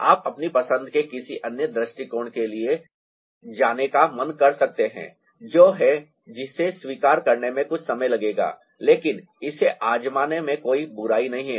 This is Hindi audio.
आप अपनी पसंद के किसी अन्य दृष्टिकोण के लिए जाने का मन कर सकते हैं जो है जिसे स्वीकार करने में कुछ समय लगेगा लेकिन इसे आज़माने में कोई बुराई नहीं है